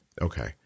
Okay